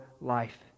life